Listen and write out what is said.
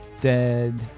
dead